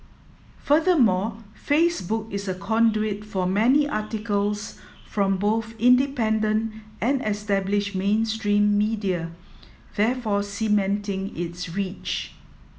furthermore Facebook is a conduit for many articles from both independent and established mainstream media therefore cementing its reach